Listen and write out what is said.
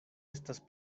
estas